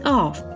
off